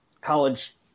college